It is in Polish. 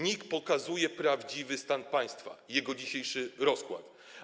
NIK pokazuje prawdziwy stan państwa, jego dzisiejszy rozkład.